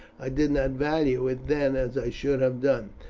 i did not value it then as i should have done.